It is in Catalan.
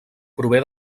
prové